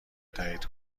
تایید